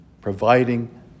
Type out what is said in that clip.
providing